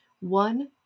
one